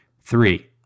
Three